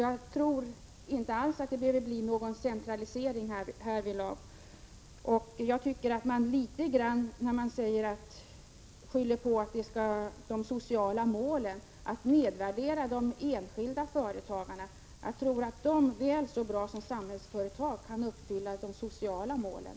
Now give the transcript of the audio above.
Jag tror inte alls att det behöver bli någon centraldirigering härvidlag. När man skyller på de sociala målen tycker jag att det är att nedvärdera de enskilda företagarna. Jag tror att de väl så bra som Samhällsföretag kan uppfylla de sociala målen.